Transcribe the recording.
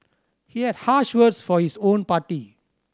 he had harsh words for his own party